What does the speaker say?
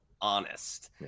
honest